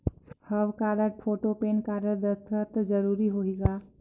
हव card, photo, PAN card, दस्खत जरूरी होही का?